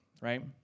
right